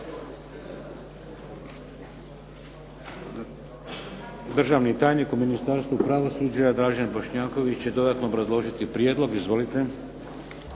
Državni tajnik u Ministarstvu pravosuđa Dražen Bošnjaković će dodatno obrazložiti prijedlog. Izvolite.